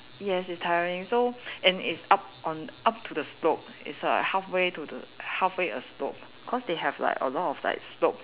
yes it's tiring so and it's up on up to the slope it's a halfway to the halfway a slope cause they have like a lot of like slope